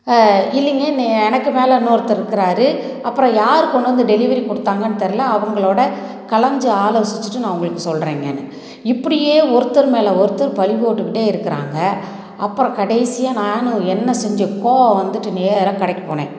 இல்லைங்க என்னை எனக்கு மேலே இன்னொருத்தர் இருக்கிறாரு அப்புறம் யார் கொண்டு வந்து டெலிவரி கொடுத்தாங்கன்னு தெரில அவர்களோட கலஞ்சு ஆலோசிச்சுட்டு நான் உங்களுக்கு சொல்கிறேங்கேன்னு இப்படியே ஒருத்தர் மேலே ஒருத்தர் பழி போட்டுக்கிட்டே இருக்கிறாங்க அப்புறம் கடைசியாக நானும் என்ன செஞ்சேன் கோவம் வந்துட்டு நேராக கடைக்கு போனேன்